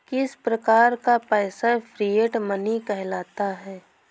किस प्रकार का पैसा फिएट मनी कहलाता है?